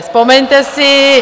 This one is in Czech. Vzpomeňte si...